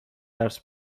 درس